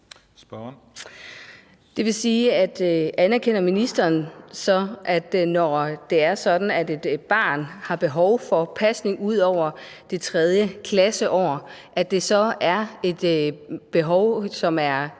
det så sige, at ministeren anerkender, at når det er sådan, at et barn har behov for pasning ud over det tredje klasseår, så er det et behov, som er